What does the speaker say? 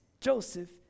joseph